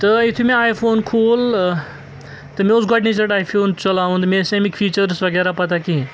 تہٕ یُتھُے مےٚ آی فون کھوٗل تہٕ مےٚ اوس گۄڈٕنِچ لَٹہِ آی فون چلاوُن مےٚ ٲسۍ نہٕ اَمِکۍ فیٖچٲرٕس وغیرہ پتہ کینٛہہ